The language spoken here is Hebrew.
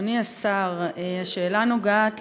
אדוני השר, השאלה נוגעת